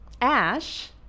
ash